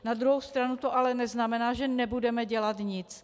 Na druhou stranu to ale neznamená, že nebudeme dělat nic.